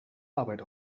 arbeit